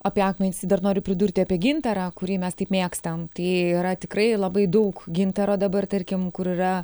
apie akmenis tai dar noriu pridurti apie gintarą kurį mes taip mėgstam tai yra tikrai labai daug gintaro dabar tarkim kur yra